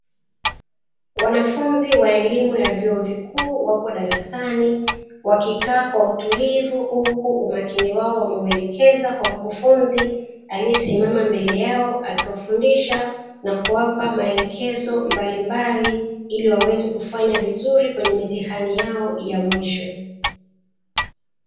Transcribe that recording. Wanafunzi wa elimu ya vyuo vikuu wapo darasani wakikaa kwa utulivu huku umakini wao wameuelekeza kwa mkufunzi aliyesimama mbele yao akiwafundisha na kuwapa maelekezo mbalimbali ili waweze kufanya vizuri kwenye mitihani yao ya mwisho.